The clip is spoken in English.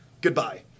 Goodbye